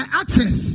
access